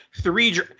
three